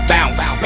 Bounce